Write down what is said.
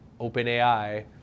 OpenAI